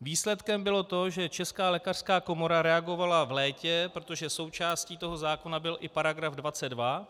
Výsledkem bylo to, že Česká lékařská komora reagovala v létě, protože součástí toho zákona byl i § 22,